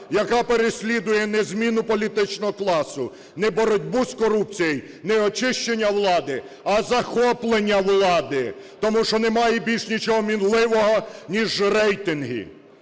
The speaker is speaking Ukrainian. яка переслідує не зміну політичного класу, не боротьбу з корупцією, не очищення влади, а захоплення влади, тому що немає більш нічого мінливого, ніж рейтинги.